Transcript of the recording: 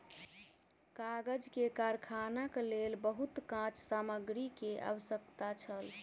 कागज के कारखानाक लेल बहुत काँच सामग्री के आवश्यकता छल